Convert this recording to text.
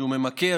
שהוא ממכר,